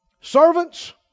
servants